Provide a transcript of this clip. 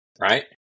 right